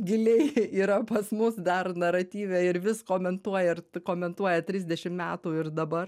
giliai yra pas mus dar naratyve ir vis komentuoja ir komentuoja trisdešim metų ir dabar